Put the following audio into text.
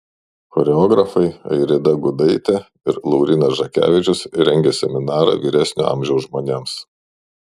choreografai airida gudaitė ir laurynas žakevičius rengia seminarą vyresnio amžiaus žmonėms